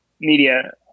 media